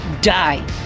Die